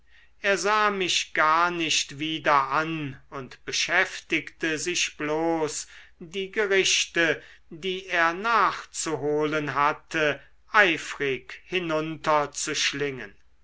er sah mich gar nicht wieder an und beschäftigte sich bloß die gerichte die er nachzuholen hatte eifrig